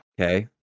okay